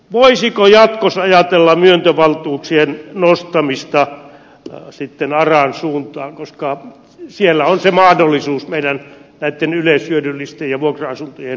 voisiko jatkossa ajatella myöntövaltuuksien nostamista sitten aran suuntaan koska siellä on se meidän mahdollisuus näiden yleishyödyllisten ja vuokra asuntojen lisäämiseen